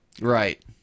Right